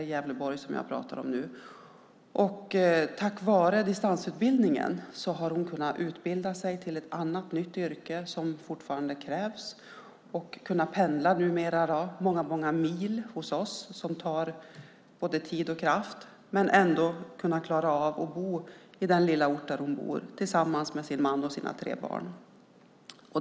Jag pratar om Gävleborg. Tack vare distansutbildningen har hon utbildat sig till ett annat nytt yrke. Hon pendlar många mil, och det tar tid och kraft. Men ändå klarar hon att bo på sin lilla ort tillsammans med man och tre barn.